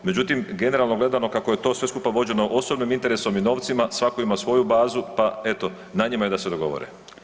Međutim, generalno gledano kako je to sve skupa vođeno osobnim interesom i novcima svako ima svoju bazu, pa eto na njima je da se dogovore.